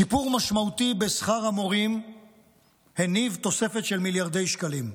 שיפור משמעותי בשכר המורים הניב תוספת של מיליארדי שקלים.